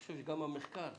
גם המחקר